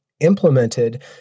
implemented